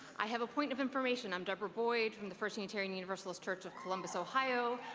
i have a point of information. i'm debra boyd from the first unitarian universalist church of columbus, ohio,